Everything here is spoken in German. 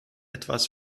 etwas